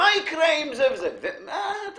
חוץ מהוט,